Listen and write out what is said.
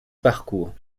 parcours